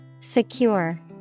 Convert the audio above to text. Secure